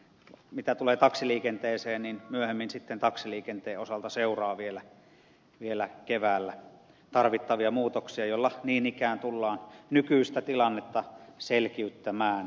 mitä tulee taksiliikenteeseen niin myöhemmin sitten taksiliikenteen osalta seuraa vielä keväällä tarvittavia muutoksia joilla niin ikään tullaan nykyistä tilannetta selkiyttämään